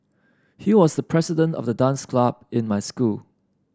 he was the president of the dance club in my school